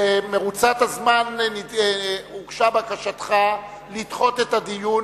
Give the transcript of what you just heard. במרוצת הזמן הוגשה בקשתך לדחות את הדיון